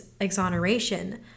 exoneration